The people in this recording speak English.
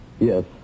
Yes